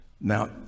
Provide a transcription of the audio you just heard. Now